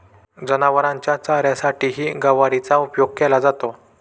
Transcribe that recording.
जनावरांच्या चाऱ्यासाठीही गवारीचा उपयोग केला जातो